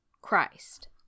Christ